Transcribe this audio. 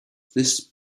this